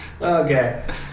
Okay